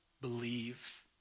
believe